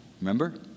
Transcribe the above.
Remember